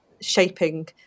shaping